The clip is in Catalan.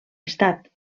estat